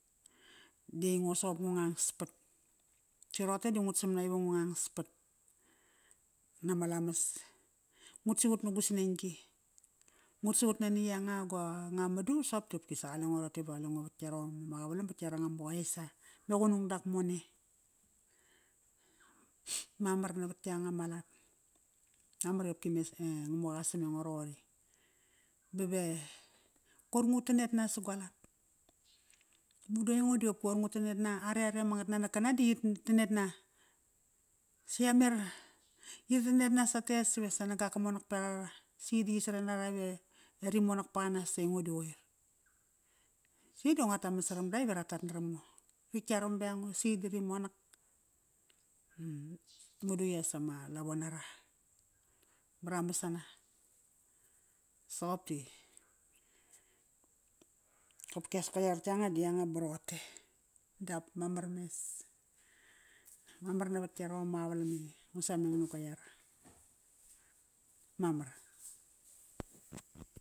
Di aingo soqop ngo ngangspat. Si roqote di ngutsamna iva ngu ngangspat nama lamas. Ngut siqut nagu sneng-gi. Ngut siqut nani yanga guanga madu, soqop tiso qaleng roqote, ba qale ngo vat yarom ama qavalam vat yaranga ma qoe isa me qunung dakmone. Mamar navat yanga ma lat. Mamar iqopki me e Ngamuqa qa sam engo roqori. Bave koir ngu tanet nas sa go lat. Madu aingo diopki qoir ngu tanetna are, are ama ngatnanak kana di yit tanet na. Sa ya mer. Yi tanet na sat tes ive sa nagak ka monak peraqara. Si di yi saren nara ive ve rimonak paqanas i aingo di qoir. Si di nguataman saram da ive ra tat maram ngo. Rit yanam beraqango si di ri monak. Madu i as ama lavo nara. Ba ra masana. Soqop di qopkias ka iar yanga di yanga ba roqote. Dap mamar mes. Mamar navat yarom ma qavalam ingu sameng na gua iar. Mamar.